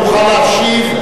תוכל להשיב,